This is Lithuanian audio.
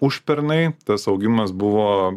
užpernai tas augimas buvo